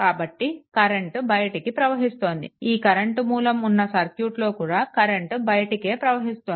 కాబట్టి కరెంట్ బయటికి ప్రవహిస్తోంది ఈ కరెంట్ మూలం ఉన్న సర్క్యూట్లో కూడా కరెంట్ బయటికి ప్రవహిస్తోంది